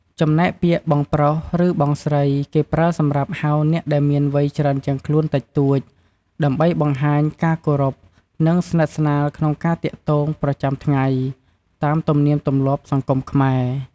ចំណែកពាក្យ បងប្រុស ឬ បងស្រី គេប្រើសម្រាប់ហៅអ្នកដែលមានវ័យច្រើនជាងខ្លួនតិចតួច ដើម្បីបង្ហាញការគោរព និងស្និទ្ធស្នាលក្នុងការទាក់ទងប្រចាំថ្ងៃ តាមទំនៀមទម្លាប់សង្គមខ្មែរ។